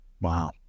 Wow